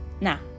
Now